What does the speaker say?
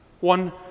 one